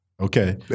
Okay